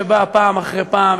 שבאה פעם אחרי פעם,